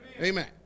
Amen